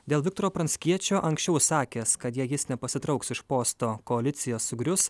dėl viktoro pranckiečio anksčiau sakęs kad jei jis nepasitrauks iš posto koalicija sugrius